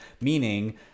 meaning